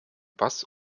bass